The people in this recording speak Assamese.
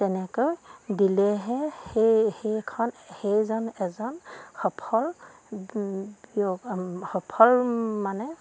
তেনেকৈ দিলেহে সেই সেইখন সেইজন এজন সফল সফল মানে